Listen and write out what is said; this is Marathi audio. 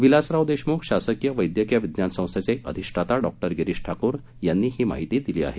विलासराव देशमुख शासकीय वैद्यकीय विज्ञान संस्थेचे अधिष्ठाता डॉक्टर गिरीश ठाकूर यांनी ही माहिती दिली आहे